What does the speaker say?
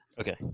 Okay